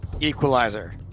Equalizer